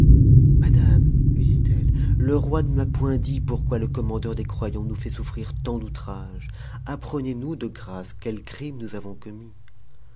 madame lui dit-elle le roi ne m'a point dit pourquoi le commandeur des croyants nous fait souffrir tant d'outrages apprenez nous de grâce quels crimes nous avons commis